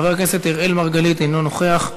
חבר הכנסת אראל מרגלית, אינו נוכח.